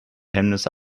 hemmnisse